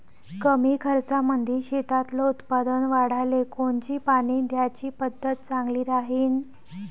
कमी खर्चामंदी शेतातलं उत्पादन वाढाले कोनची पानी द्याची पद्धत चांगली राहीन?